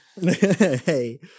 Hey